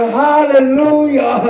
hallelujah